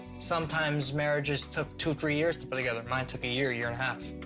sometimes marriages took two, three years to put together. mine took a year, year and a half.